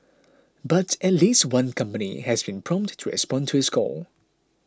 but at least one company has been prompt to respond to his call